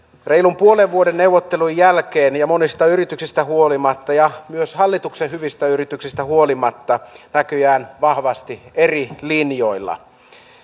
reilun puolen vuoden neuvottelujen jälkeen ja monista yrityksistä huolimatta ja myös hallituksen hyvistä yrityksistä huolimatta näköjään vahvasti eri linjoilla